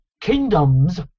Kingdoms